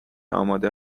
آماده